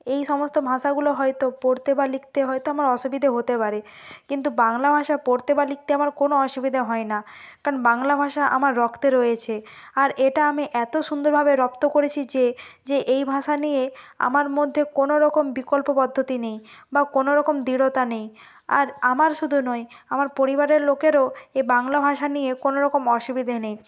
এই সমস্ত ভাষাগুলো হয়তো পড়তে বা লিখতে হয়তো আমার অসুবিধে হতে পারে কিন্তু বাংলা ভাষা পড়তে বা লিখতে আমার কোনও অসুবিধে হয় না কারণ বাংলা ভাষা আমার রক্তে রয়েছে আর এটা আমি এতো সুন্দরভাবে রপ্ত করেছি যে যে এই ভাষা নিয়ে আমার মধ্যে কোনওরকম বিকল্প পদ্ধতি নেই বা কোনওরকম দৃঢ়তা নেই আর আমার শুধু নয় আমার পরিবারের লোকেরও এ বাংলা ভাষা নিয়ে কোনওরকম অসুবিধে নেই